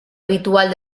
habitual